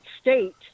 state